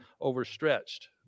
overstretched